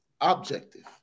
objective